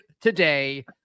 today